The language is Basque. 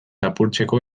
apurtzeko